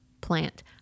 plant